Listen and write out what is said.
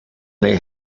they